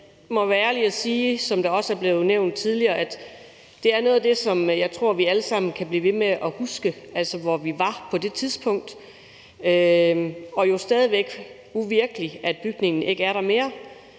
er blevet nævnt tidligere, at det er noget af det, som jeg tror vi alle sammen kan blive ved med at huske, altså hvor vi var på det tidspunkt. Det er jo stadig væk uvirkeligt, at bygningen ikke er der mere.